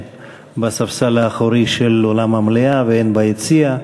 בספסל האחורי של אולם המליאה והן ביציע.